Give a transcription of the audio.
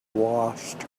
washed